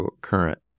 current